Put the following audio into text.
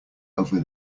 over